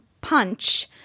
punch